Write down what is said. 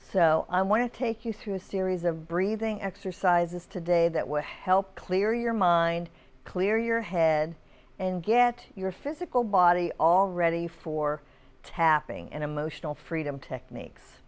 so i want to take you through a series of breathing exercises today that would help clear your mind clear your head and get your physical body all ready for tapping into motion freedom techniques